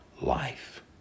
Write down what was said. life